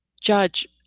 judge